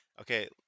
okay